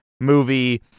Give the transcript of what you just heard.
movie